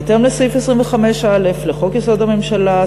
בהתאם לסעיף 25(א) לחוק-יסוד: הממשלה,